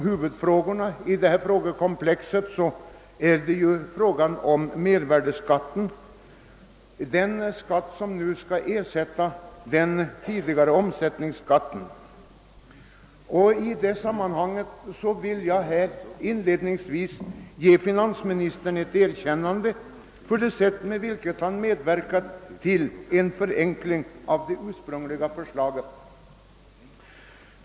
Huvudfrågan i det stora problemkomplexet i dag är emellertid mervärdeskatten, som skall ersätta omsättningsskatten. Jag vill ge finansministern ett erkännande för det sätt på vilket han medverkat till en förenkling av det ur sprungliga förslaget.